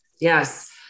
Yes